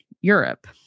Europe